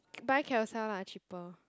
buy Carousell lah cheaper